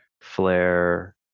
flare